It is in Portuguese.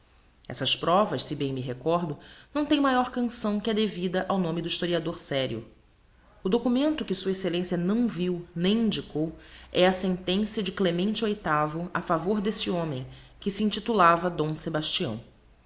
essas provas se bem me recordo não tem maior canção que a devida ao nome do historiador sério o documento que s exc a não viu nem indicou é a sentença de clemente viii a favor d'esse homem que se intitulava d sebastião